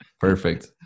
perfect